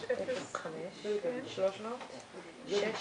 12:35.